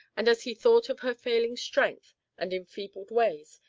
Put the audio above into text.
and as he thought of her failing strength and enfeebled ways,